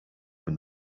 from